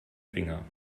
finger